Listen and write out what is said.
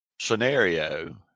scenario